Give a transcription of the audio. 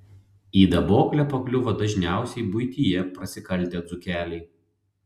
į daboklę pakliuvo dažniausiai buityje prasikaltę dzūkeliai